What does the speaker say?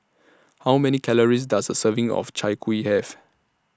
How Many Calories Does A Serving of Chai Kueh Have